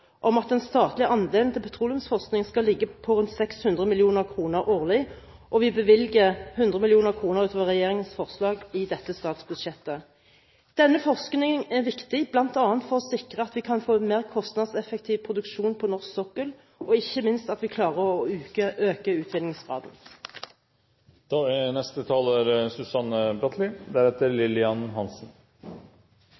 om at den statlige andelen til petroleumsforskning skal ligge på rundt 600 mill. kr årlig, og vi bevilger 100 mill. kr utover regjeringens forslag i dette statsbudsjettet. Denne forskningen er viktig bl.a. for å sikre at vi kan få en mer kostnadseffektiv produksjon på norsk sokkel, og ikke minst at vi klarer å øke utvinningsgraden. Jeg tenkte jeg skulle rocke opp debatten litt ved å fastslå at Norges rockehovedstad er